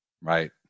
Right